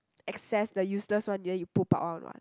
excess the useless one then you poop out one [what]